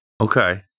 Okay